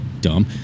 dumb